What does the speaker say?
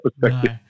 perspective